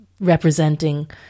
representing